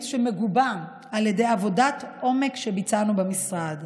שמגובה על ידי עבודת עומק שביצענו במשרד.